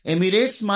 Emirates